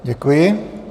Děkuji.